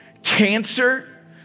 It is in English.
cancer